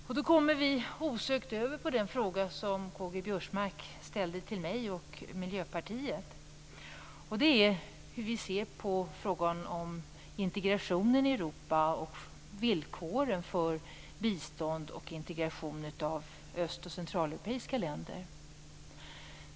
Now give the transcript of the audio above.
Därmed kommer jag osökt över till den fråga som K-G Biörsmark ställde till mig och till Miljöpartiet, nämligen hur vi ser på frågan om integrationen i Europa och villkoren för bistånd till och integration av öst och centraleuropeiska länder.